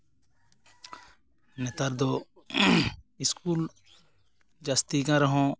ᱱᱮᱛᱟᱨ ᱫᱚ ᱤᱥᱠᱩᱞ ᱡᱟᱹᱥᱛᱤᱭᱟᱠᱟᱱ ᱨᱮᱦᱚᱸ